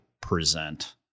present